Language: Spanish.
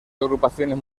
agrupaciones